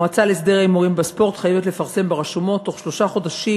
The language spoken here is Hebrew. המועצה להסדר הימורים בספורט חייבת לפרסם ברשומות בתוך שלושה חודשים,